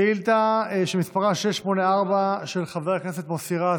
שאילתה שמספרה 684, של חבר הכנסת מוסי רז.